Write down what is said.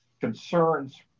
concerns